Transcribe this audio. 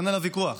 אין עליו ויכוח,